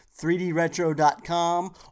3DRetro.com